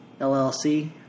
LLC